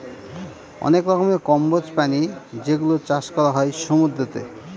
অনেক রকমের কম্বোজ প্রাণী যেগুলোর চাষ করা হয় সমুদ্রতে